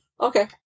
Okay